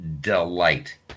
delight